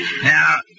Now